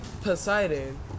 Poseidon